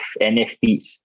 NFTs